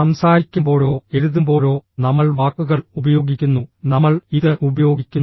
സംസാരിക്കുമ്പോഴോ എഴുതുമ്പോഴോ നമ്മൾ വാക്കുകൾ ഉപയോഗിക്കുന്നു നമ്മൾ ഇത് ഉപയോഗിക്കുന്നു